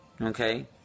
Okay